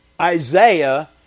Isaiah